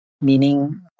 meaning